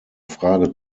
frage